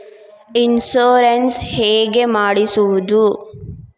Insurance ಹೇಗೆ ಮಾಡಿಸುವುದು?